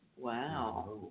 Wow